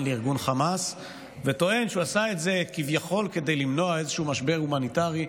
לארגון חמאס וטוען שהוא עשה את זה כביכול כדי למנוע איזשהו משבר הומניטרי.